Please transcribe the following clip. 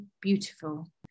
beautiful